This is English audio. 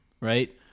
right